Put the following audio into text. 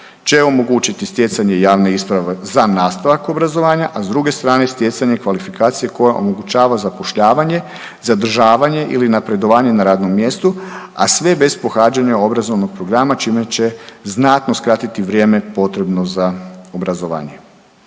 će omogućiti stjecanje javne isprave za nastavak obrazovanja, a s druge strane stjecanje kvalifikacije koja omogućava zapošljavanje, zadržavanje ili napredovanje na radnom mjestu, a sve bez pohađanja obrazovnog programa čime će znatno skratiti vrijeme potrebno za obrazovanje.